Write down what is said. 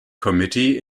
committee